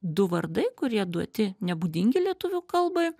du vardai kurie duoti nebūdingi lietuvių kalbai